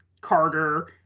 Carter